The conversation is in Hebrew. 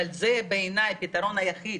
וזה בעיני הפתרון היחיד